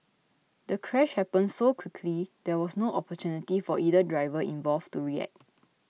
the crash happened so quickly there was no opportunity for either driver involved to react